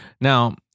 Now